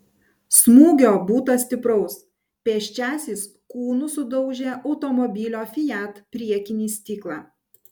smūgio būta stipraus pėsčiasis kūnu sudaužė automobilio fiat priekinį stiklą